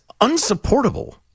unsupportable